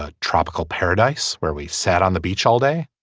ah tropical paradise where we sat on the beach all day.